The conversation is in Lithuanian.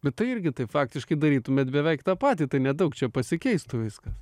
bet tai irgi taip faktiškai darytumėt beveik tą patį tai nedaug čia pasikeistų viskas